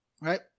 Right